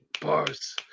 bars